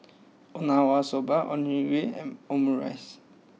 Okinawa soba Onigiri and Omurice